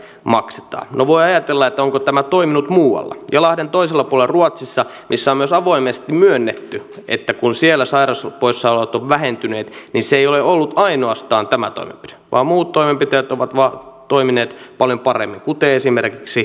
no voi ajatella onko tämä toiminut muualla ja lahden toisella puolella ruotsissa missä on myös avoimesti myönnetty että kun siellä sairauspoissaolot ovat vähentyneet niin se ei ole ollut ainoastaan tämä toimenpide vaan muut toimenpiteet ovat toimineet paljon paremmin kuten esimerkiksi panostukset työhyvinvointiin